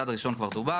הצעד הראשון כבר דובר.